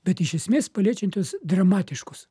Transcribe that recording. bet iš esmės paliečiant jos dramatiškus